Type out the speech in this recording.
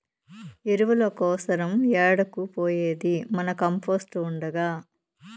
ఎరువుల కోసరం ఏడకు పోయేది మన కంపోస్ట్ ఉండగా